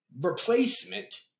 replacement